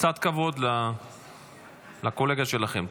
קצת כבוד לקולגה שלכם.